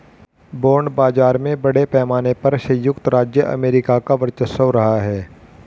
bond बाजार में बड़े पैमाने पर सयुक्त राज्य अमेरिका का वर्चस्व रहा है